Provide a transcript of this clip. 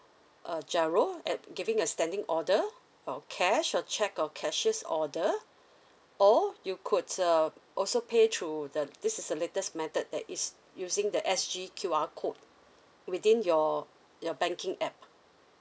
uh giro at giving a standing order or cash or check or cashiers order or you could uh also pay through the this is the latest method that is using the S_G_ Q_R code within your your banking app